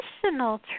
traditional